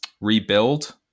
rebuild